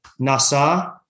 Nasa